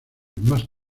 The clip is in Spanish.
más